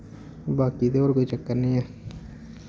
बाकी ते होर कोई चक्कर नेईं ऐ